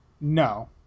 No